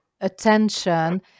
attention